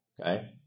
Okay